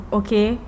okay